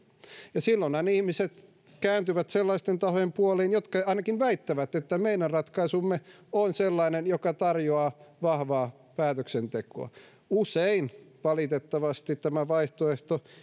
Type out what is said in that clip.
ja silloinhan ihmiset kääntyvät sellaisten tahojen puoleen jotka ainakin väittävät että meidän ratkaisumme on sellainen joka tarjoaa vahvaa päätöksentekoa usein valitettavasti tämä vaihtoehto